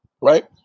right